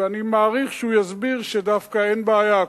ואני מעריך שהוא יסביר שדווקא אין בעיה,